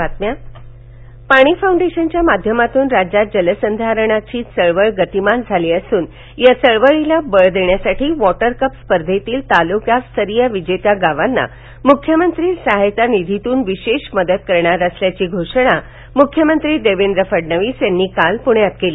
Water Cup Paani फाऊंडेशनच्या माध्यमातून राज्यात जलसंधारणाची चळवळ गतीमान म्माली असून या चळवळीला बळ देण्यासाठी वॉटरकप स्पर्धेतील तालुकास्तरीय विजेत्या गावांना मुख्यमंत्री सहायता निघीतून विशेष मदत करणार असल्याची घोषणा मुख्यमंत्री देवेंद्र फडणवीस यांनी काल पुण्यात केली